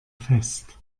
fest